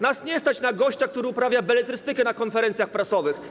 Nas nie stać na gościa, który uprawia beletrystykę na konferencjach prasowych.